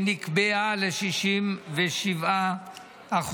שנקבעה ל-67%.